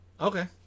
Okay